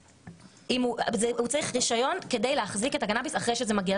הוא צריך רישיון כדי להחזיק את הקנאביס אחרי שזה מגיע.